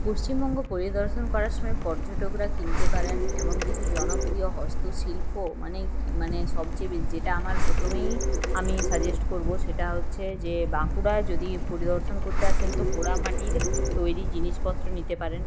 পশ্চিমবঙ্গ পরিদর্শন করার সময় পর্যটকরা কিনতে পারেন এমন কিছু জনপ্রিয় হস্তশিল্প মানে কি মানে সবচেয়ে বে যেটা আমার প্রথমেই আমি সাজেস্ট করবো সেটা হচ্ছে যে বাঁকুড়া যদি পরিদর্শন করতে আসেন তো পোড়ামাটির তৈরি জিনিসপত্র নিতে পারেন